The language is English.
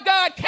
God